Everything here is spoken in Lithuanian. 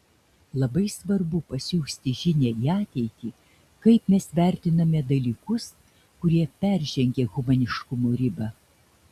labai svarbu pasiųsti žinią į ateitį kaip mes vertiname dalykus kurie peržengė humaniškumo ribą